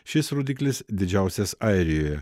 šis rodiklis didžiausias airijoje